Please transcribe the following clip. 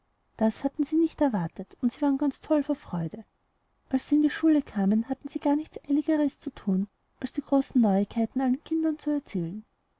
das hatten sie nicht erwartet und waren ganz toll vor freude als sie in die schule kamen hatten sie gar nichts eiligeres zu tun als die große neuigkeit allen kindern zu erzählen